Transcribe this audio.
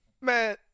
Man